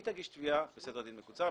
היא תגיש תביעה בסדר דין מקוצר,